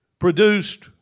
produced